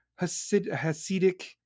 Hasidic